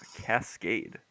cascade